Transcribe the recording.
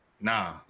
nah